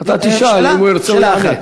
אתה תשאל, אם הוא ירצה הוא יענה.